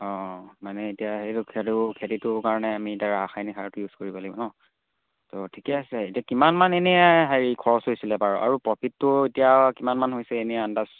অঁ মানে এতিয়া এইটো সেইটো খেতিটোৰ কাৰণে আমি এতিয়া ৰাসায়নিক সাৰটো ইউজ কৰিব লাগিব ন তো ঠিকে আছে এতিয়া কিমানমান এনেই হেৰি খৰচ হৈছিলে বাৰু আৰু প্ৰফিটটো এতিয়া কিমানমান হৈছে এনেই আন্দাজ